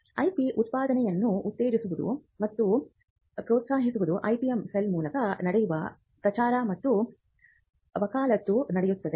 IP ಉತ್ಪಾದನೆಯನ್ನು ಉತ್ತೇಜಿಸುವುದು ಮತ್ತು ಪ್ರೋತ್ಸಾಹಿಸುವುದು IPM ಸೆಲ್ ಮೂಲಕ ನಡೆಯುವ ಪ್ರಚಾರ ಮತ್ತು ವಕಾಲತ್ತು ನಡೆಯುತ್ತದೆ